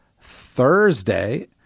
Thursday